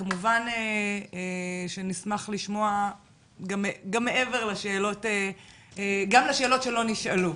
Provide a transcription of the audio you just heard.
וכמובן נשמח לשמוע גם תשובות לשאלות שלא נשאלו.